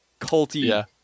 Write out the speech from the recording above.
culty